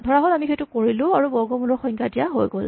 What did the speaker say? ধৰাহ'ল আমি সেইটো কৰিলোঁ আৰু বৰ্গমূলৰ সংজ্ঞা দিয়া গৈ হ'ল